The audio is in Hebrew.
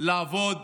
לעבוד